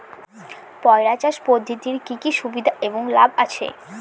পয়রা চাষ পদ্ধতির কি কি সুবিধা এবং লাভ আছে?